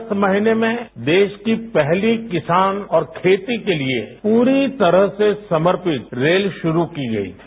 अगस्त महीने में देश की पहली किसान और खेती के लिए पूरी तरह से समर्पित रेल शुरू की गई थी